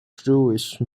jewish